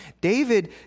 David